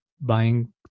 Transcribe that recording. buying